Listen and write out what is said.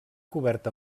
cobert